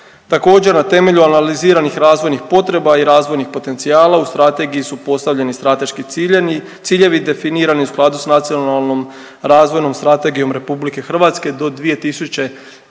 Također na temelju analiziranih razvojnih potreba i razvojnih potencijala u strategiji su postavljeni strateški ciljevi definirani u skladu s Nacionalnom razvojnom strategijom RH do 2030.g.